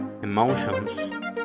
Emotions